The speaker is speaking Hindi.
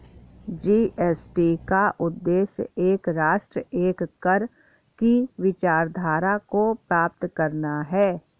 जी.एस.टी का उद्देश्य एक राष्ट्र, एक कर की विचारधारा को प्राप्त करना है